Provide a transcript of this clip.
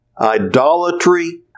idolatry